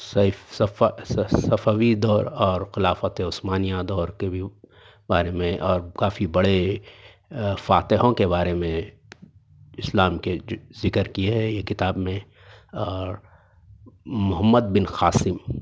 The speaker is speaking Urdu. سیف صفوی دور اور خلافت عثمانیہ دور کے بھی بارے میں اور کافی بڑے فاتحوں کے بارے میں اسلام کے ذکر کئے ہے یہ کتاب میں اور محمد بن قاسم